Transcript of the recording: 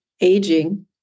aging